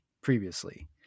previously